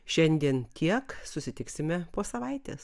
šiandien tiek susitiksime po savaitės